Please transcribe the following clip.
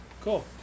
Cool